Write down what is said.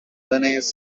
linnaeus